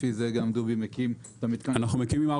לפי זה גם דובי מקים את המתקן --- נכון.